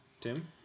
Tim